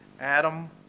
Adam